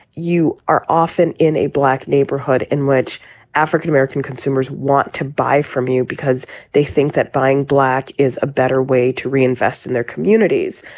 you are often in a black neighborhood in which african-american consumers want to buy from you because they think that buying black is a better way to reinvest in their communities.